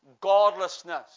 godlessness